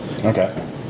Okay